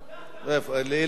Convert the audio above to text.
לי מופיע זה,